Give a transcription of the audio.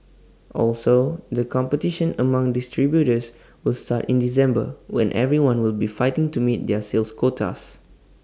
also the competition among distributors will start in December when everyone will be fighting to meet their sales quotas